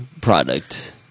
product